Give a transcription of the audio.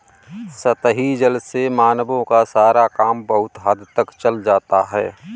सतही जल से मानवों का सारा काम बहुत हद तक चल जाता है